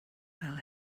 fel